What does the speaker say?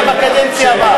בקדנציה הבאה.